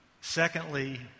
Secondly